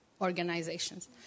organizations